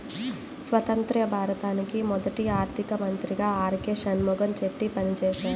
స్వతంత్య్ర భారతానికి మొదటి ఆర్థిక మంత్రిగా ఆర్.కె షణ్ముగం చెట్టి పనిచేసారు